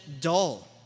dull